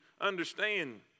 understand